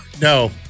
No